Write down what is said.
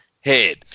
head